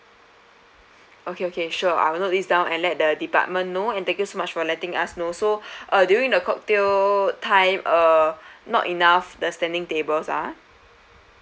okay okay sure I'll note this down and let the department know and thank you so much for letting us know so uh during the cocktail time uh not enough the standing tables ah